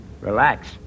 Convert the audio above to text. Relax